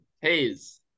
Hayes